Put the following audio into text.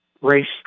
race